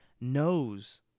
knows